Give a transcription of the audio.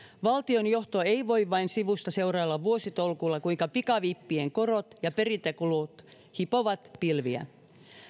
valtionjohto ei voi vain sivusta seurailla vuositolkulla kuinka pikavippien korot ja perintäkulut hipovat pilviä